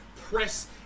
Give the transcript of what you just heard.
press